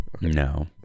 No